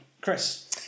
Chris